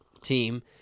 team